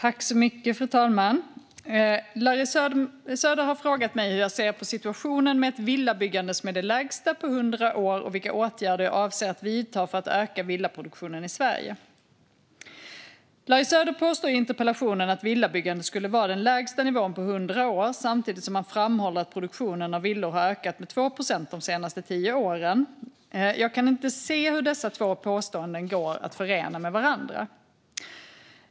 Fru talman! Larry Söder har frågat mig hur jag ser på situationen med ett villabyggande som är det lägsta på 100 år och vilka åtgärder jag avser att vidta för att öka villaproduktionen i Sverige. Larry Söder påstår i interpellationen att villabyggandet skulle vara på den lägsta nivån på 100 år, samtidigt som han framhåller att produktionen av villor har ökat med 2 procent de senaste tio åren. Jag kan inte se hur dessa påståenden går att förena med varandra.